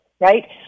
right